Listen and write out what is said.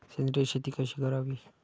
सेंद्रिय शेती कशी करावी?